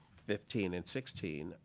fifteen and sixteen,